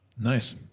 Nice